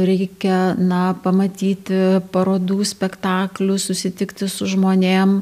reikia na pamatyti parodų spektaklių susitikti su žmonėm